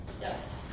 Yes